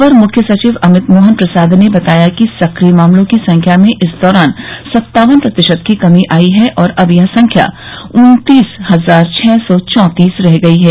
अपर मृख्य सचिव अमित मोहन प्रसाद ने बताया कि सकिय मामलों की संख्या में इस दौरान सत्तावन प्रतिशत की कमी आई है और अब यह संख्या उन्तीस हजार छः सौ चौंतीस रह गई है